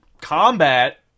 combat